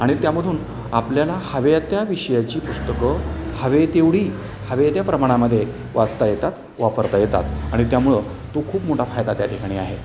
आणि त्यामधून आपल्याला हव्या त्या विषयाची पुस्तकं हवे तेवढी हवे त्या प्रमाणामध्ये वाचता येतात वापरता येतात आणि त्यामुळं तो खूप मोठा फायदा त्या ठिकाणी आहे